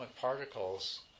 particles